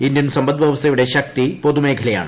Indian സമ്പദ്വ്യവസ്ഥയുടെ ശക്തി പൊതുമേഖലയാണ്